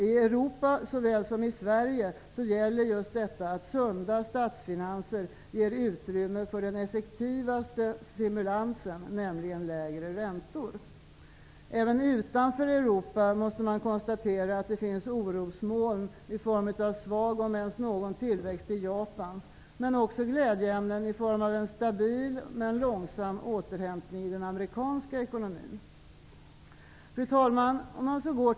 I Europa såväl som i Sverige gäller just detta att sunda statsfinanser ger utrymme för den effektivaste stimulansen, nämligen lägre räntor. Man måste konstatera att det även utanför Europa finns orosmoln i form av svag, om ens någon, tillväxt i Japan. Men det finns också glädjeämnen; en stabil, om än långsam, återhämtning i den amerikanska ekonomin. Fru talman!